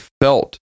felt